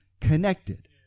connected